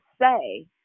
say